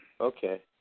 Okay